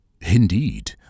Indeed